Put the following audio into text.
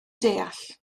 deall